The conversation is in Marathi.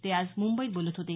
ते आज मुंबईत बोलत होते